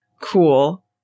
Cool